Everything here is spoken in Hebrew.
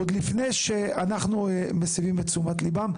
עוד לפני שאנחנו מסבים את תשומת ליבם.